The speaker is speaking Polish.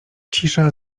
cisza